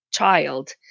Child